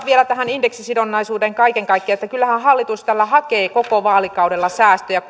vielä tähän indeksisidonnaisuuteen kaiken kaikkiaan kyllähän hallitus tällä hakee koko vaalikaudella säästöjä